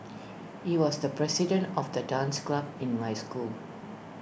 he was the president of the dance club in my school